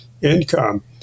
income